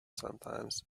sometimes